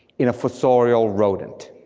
in fossorial rodent.